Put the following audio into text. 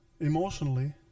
emotionally